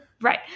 Right